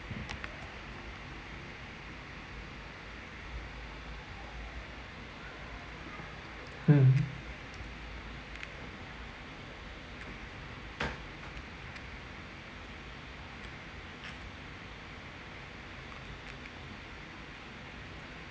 hmm